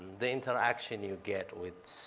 the interaction you get with.